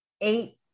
eight